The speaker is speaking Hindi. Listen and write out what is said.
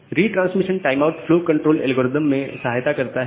यह retransmission time out flow control algorithm में सहायता करता है